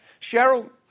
Cheryl